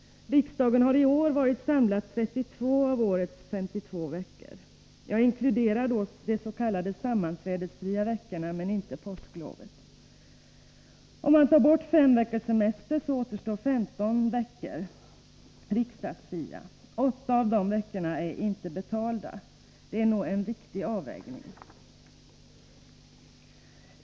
Riksdagen har i år varit samlad 32 av årets 52 veckor. Jag inkluderar då de s.k. sammanträdesfria veckorna, men inte påsklovet. Om man tar bort fem veckors semester återstår 15 riksdagsfria veckor. Åtta av dessa veckor är inte betalda. Det är nog en riktig avvägning.